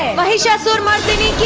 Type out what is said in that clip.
mahishasura mardhini.